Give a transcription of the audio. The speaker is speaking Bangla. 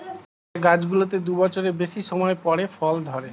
যে গাছগুলোতে দু বছরের বেশি সময় পরে ফল ধরে